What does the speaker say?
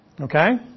Okay